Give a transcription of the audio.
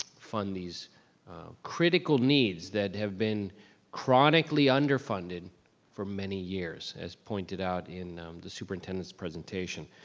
fund these critical needs that have been chronically underfunded for many years, as pointed out in the superintendent's presentation.